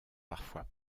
parfois